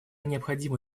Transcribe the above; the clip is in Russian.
необходима